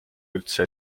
üldse